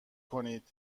کنید